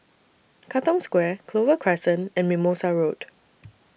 Katong Square Clover Crescent and Mimosa Road